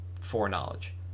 foreknowledge